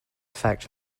fact